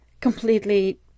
completely